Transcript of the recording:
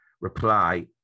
reply